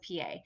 PA